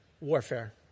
warfare